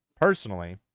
personally